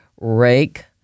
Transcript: rake